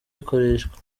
bikoreshwa